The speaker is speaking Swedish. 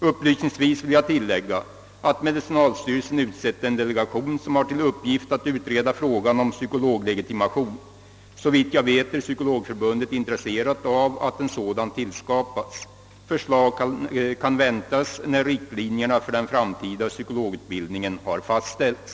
Upplysningsvis vill jag tillägga att medicinalstyrelsen utsett en delegation, som har till uppgift att utreda frågan om psykologlegitimation. Såvitt jag vet är Psykologförbundet intresserat av att en sådan tillskapas. Förslag kan väntas när riktlinjerna för den framtida psykologutbildningen har fastställts.